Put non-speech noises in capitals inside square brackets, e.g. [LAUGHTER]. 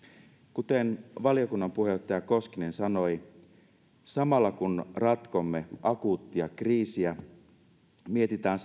kuten valiokunnan puheenjohtaja koskinen sanoi samalla kun ratkomme akuuttia kriisiä mietitään [UNINTELLIGIBLE]